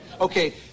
Okay